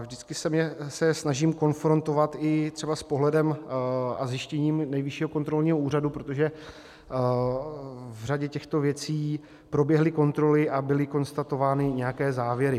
Vždycky se je snažím konfrontovat i třeba s pohledem a zjištěním Nejvyššího kontrolního úřadu, protože v řadě těchto věcí proběhly kontroly a byly konstatovány nějaké závěry.